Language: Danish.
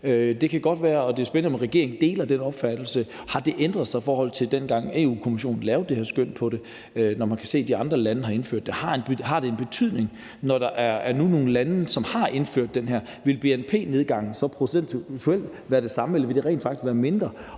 Det kan godt være, og det er spændende, om regeringen deler den opfattelse. Har det ændret sig i forhold til dengang, Europa-Kommission lavede det her skøn på det, når man kan se, at de andre lande har indført det? Har det en betydning, når der nu er nogle lande, som har indført det, og vil bnp-nedgangen procentuelt så være det samme? Eller vil den rent faktisk være mindre,